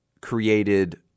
created